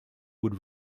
would